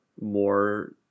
more